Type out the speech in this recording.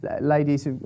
ladies